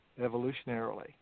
evolutionarily